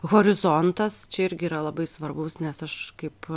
horizontas čia irgi yra labai svarbaus nes aš kaip